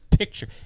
Picture